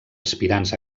aspirants